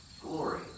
glory